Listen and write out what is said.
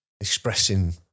expressing